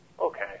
okay